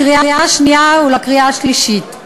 לקריאה שנייה ולקריאה שלישית.